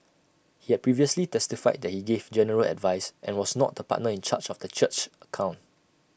he had previously testified that he gave general advice and was not the partner in charge of the church's accounts